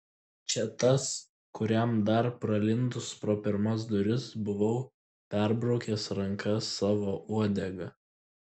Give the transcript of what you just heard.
čia tas kuriam dar pralindus pro pirmas duris buvau perbraukęs ranką sava uodega